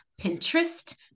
Pinterest